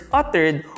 uttered